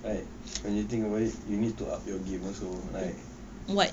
right when you think about it you need to up your game also like